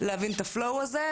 וניסינו להגיד להם תעלו,